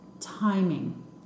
Timing